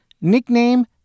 nickname